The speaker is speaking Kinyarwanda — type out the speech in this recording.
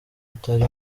utari